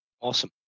Awesome